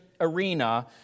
arena